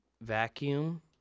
vacuum